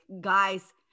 guys